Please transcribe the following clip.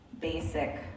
basic